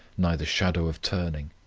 neither shadow of turning.